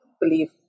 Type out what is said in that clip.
believe